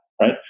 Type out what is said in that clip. right